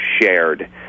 shared